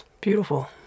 beautiful